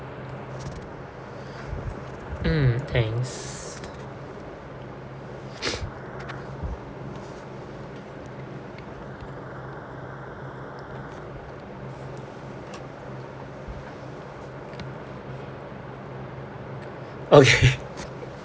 mm thanks okay